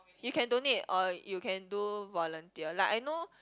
you can donate or you can do volunteer like I know